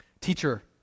Teacher